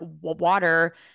water